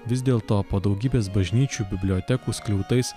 vis dėlto po daugybės bažnyčių bibliotekų skliautais